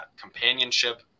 companionship